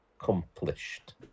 accomplished